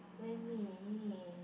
let me